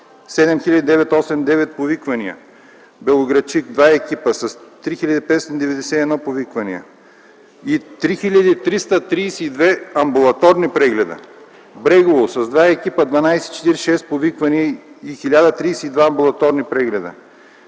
7989 повиквания; - Белоградчик – с два екипа, 3591 повиквания и 3332 амбулаторни прегледа; - Брегово – с два екипа, 1246 повиквания и 1032 амбулаторни прегледа.